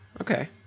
Okay